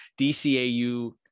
dcau